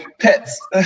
pets